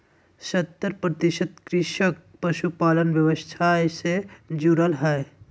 सत्तर प्रतिशत कृषक पशुपालन व्यवसाय से जुरल हइ